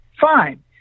fine